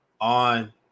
on